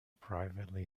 privately